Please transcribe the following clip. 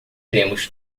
temos